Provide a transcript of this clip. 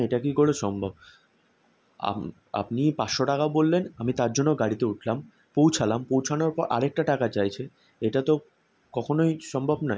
এটা কী করে সম্ভব আপনি পাঁচশো টাকা বললেন আমি তার জন্য গাড়িতে উঠলাম পৌঁছালাম পৌঁছানোর পর আর একটা টাকা চাইছে এটা তো কখনোই সম্ভব নয়